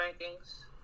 rankings